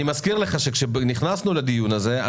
אני מזכיר לך שכאשר נכנסנו לדיון הזה,